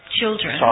children